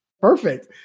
perfect